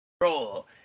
roll